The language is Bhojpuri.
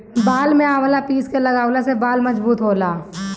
बाल में आवंला पीस के लगवला से बाल मजबूत होला